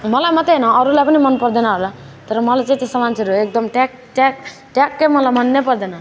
मलाई मात्र होइन अरूलाई पनि मन पर्दैन होला तर मलाई चाहिँ त्यस्तो मान्छेहरू एकदम ट्याक ट्याक ट्याक्कै मलाई मन नै पर्दैन